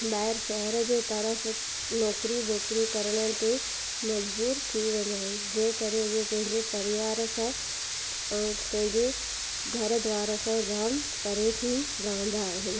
ॿाहिरि शहर जे तर्फ़ु नौकरी वौकरियूं करण ते मजबूर थी वेंदा आहिनि जंहिं करे उहे पंहिंजे परिवार सां ऐं पंहिंजे घर द्वार असां जाम परे थी रहंदा आहिनि